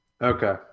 Okay